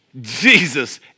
Jesus